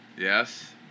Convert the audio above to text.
Yes